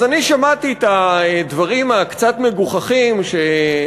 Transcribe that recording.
אז אני שמעתי את הדברים המגוחכים קצת